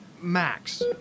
Max